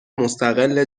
مستقل